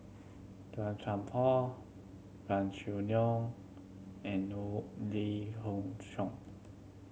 Tan Qian Por Gan Choo Neo and Lee Khoon Choy